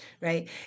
right